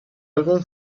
álbum